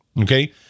okay